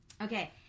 Okay